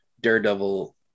Daredevil